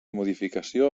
modificació